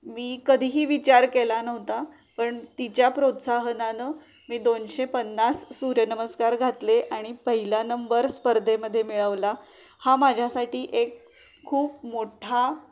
मी कधीही विचार केला नव्हता पण तिच्या प्रोत्साहनानं मी दोनशे पन्नास सूर्यनमस्कार घातले आणि पहिला नंबर स्पर्धेमध्ये मिळवला हा माझ्यासाठी एक खूप मोठा